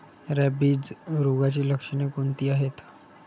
Rabies रोगाची लक्षणे कोणती आहेत?